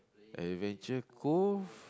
Adventure Cove